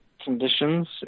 conditions